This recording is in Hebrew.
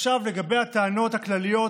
עכשיו, לגבי הטענות הכלליות